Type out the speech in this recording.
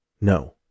No